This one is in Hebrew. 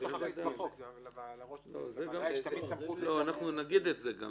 ה-25% --- נגיד את זה.